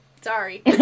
sorry